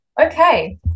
Okay